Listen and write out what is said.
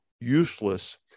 useless